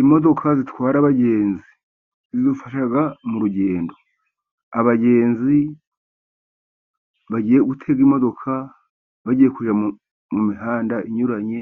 Imodoka zitwara abagenzi zidufasha mu rugendo, abagenzi bagiye gutega imodoka, bagiye kujya mu mihanda inyuranye